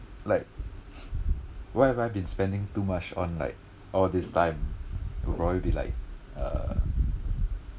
like what have I been spending too much on like all this time will probably be like uh